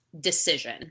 decision